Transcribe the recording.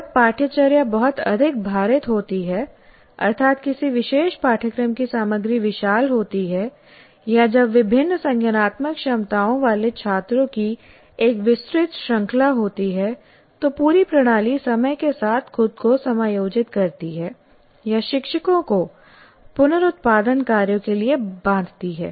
जब पाठ्यचर्या बहुत अधिक भारित होती है अर्थात किसी विशेष पाठ्यक्रम की सामग्री विशाल होती है या जब विभिन्न संज्ञानात्मक क्षमताओं वाले छात्रों की एक विस्तृत श्रृंखला होती है तो पूरी प्रणाली समय के साथ खुद को समायोजित करती है या शिक्षकों को पुनरुत्पादन कार्यों के लिए बांधती है